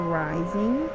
rising